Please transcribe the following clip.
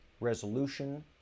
resolution